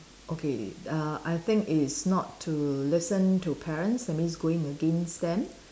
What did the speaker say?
okay uh I think it is not to listen to parents that means going against them